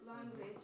language